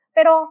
Pero